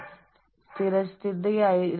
നിങ്ങളുടെ ഉൽപ്പാദനക്ഷമത ഉയരും